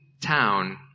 town